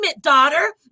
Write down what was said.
daughter